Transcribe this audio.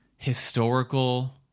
historical